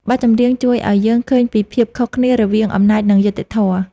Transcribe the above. បទចម្រៀងជួយឱ្យយើងឃើញពីភាពខុសគ្នារវាងអំណាច និងយុត្តិធម៌។